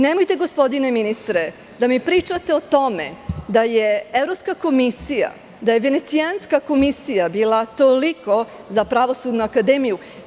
Nemojte, gospodine ministre, da mi pričate o tome da je Evropska komisija, da je Venecijanska komisija bila toliko za Pravosudnu akademiju.